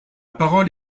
parole